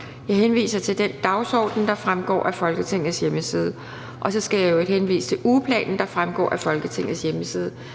Jeg henviser til den dagsorden, der fremgår af Folketingets hjemmeside. Jeg skal i øvrigt henvise til ugeplanen, der også fremgår af Folketingets hjemmeside.